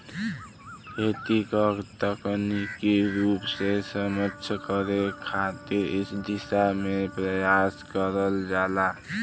खेती क तकनीकी रूप से सक्षम करे खातिर इ दिशा में प्रयास करल जाला